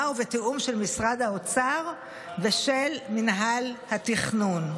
ובתיאום של משרד האוצר ושל מינהל התכנון.